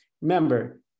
remember